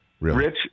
Rich